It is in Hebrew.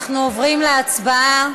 אנחנו עוברים להצבעה.